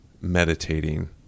meditating